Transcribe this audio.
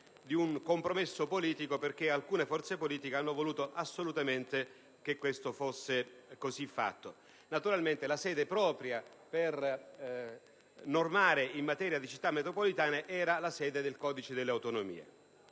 di un compromesso politico, perché alcune forze politiche hanno voluto assolutamente che fosse così fatto. Naturalmente, la sede propria per normare in materia di Città metropolitane era quella del Codice delle autonomie.